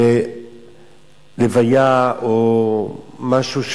הלוויה או משהו,